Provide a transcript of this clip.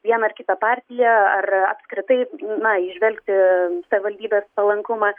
vieną ar kitą partiją ar apskritai na įžvelgti savivaldybės palankumą